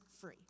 free